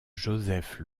joseph